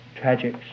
tragic